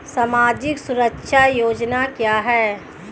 सामाजिक सुरक्षा योजना क्या है?